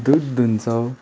दुध दुहुन्छौँ